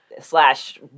slash